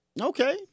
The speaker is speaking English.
Okay